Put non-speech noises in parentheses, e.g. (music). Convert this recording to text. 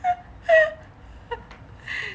(laughs)